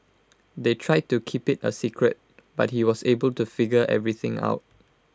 they tried to keep IT A secret but he was able to figure everything out